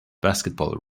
basketball